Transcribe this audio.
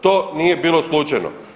To nije bilo slučajno.